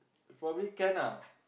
probably can ah